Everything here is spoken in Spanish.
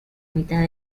mitad